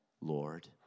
Lord